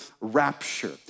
rapture